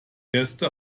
gäste